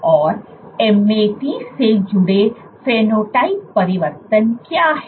और MAT से जुड़े फेनोटाइपिक परिवर्तन क्या हैं